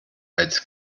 als